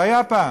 זה היה פעם.